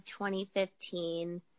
2015